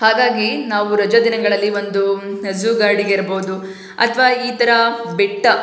ಹಾಗಾಗಿ ನಾವು ರಜಾದಿನಗಳಲ್ಲಿ ಒಂದು ಝೂ ಗಾರ್ಡಿಗೆ ಇರ್ಬೋದು ಅಥವಾ ಈ ಥರ ಬೆಟ್ಟ